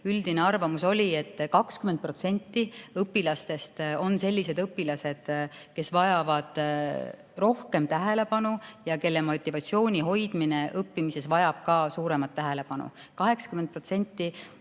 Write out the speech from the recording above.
Üldine arvamus oli, et 20% õpilastest on sellised, kes vajavad rohkem tähelepanu ja kelle motivatsiooni hoidmine õppimisel vajab ka suuremat tähelepanu. 80%